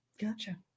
Gotcha